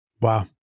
Wow